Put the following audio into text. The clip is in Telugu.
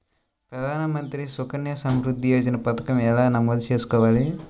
ప్రధాన మంత్రి సుకన్య సంవృద్ధి యోజన పథకం ఎలా నమోదు చేసుకోవాలీ?